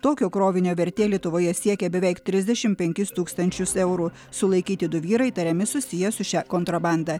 tokio krovinio vertė lietuvoje siekia beveik trisdešimt penkis tūkstančius eurų sulaikyti du vyrai įtariami susiję su šia kontrabanda